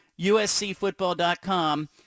uscfootball.com